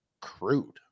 crude